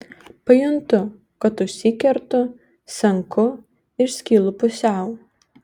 pajuntu kad užsikertu senku ir skylu pusiau